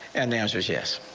and the answer is yes.